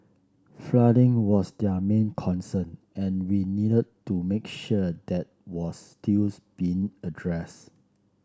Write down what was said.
flooding was their main concern and we needed to make sure that was stills being addressed